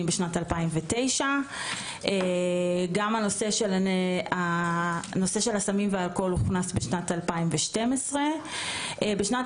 בשנת 2009. גם הנושא של הסמים והאלכוהול הוכנס בשנת 2012. בשנת